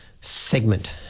segment